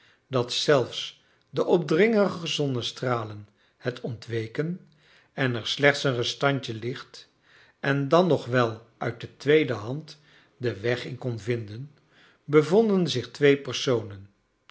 dat zelfs de opdringerige zonnestralen het ontweken en er slechts een restantje licht en dan nog wel uit de tweede hand den weg in kon vinden bevonden zich twee personen